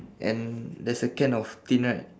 and there's a can of tin right